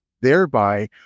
thereby